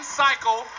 cycle